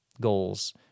goals